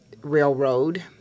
railroad